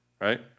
Right